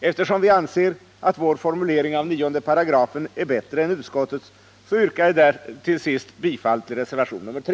Eftersom vi anser att vår formulering av 9 § är bättre än utskottsmajoritetens yrkar jag därför till sist bifall till reservationen 3.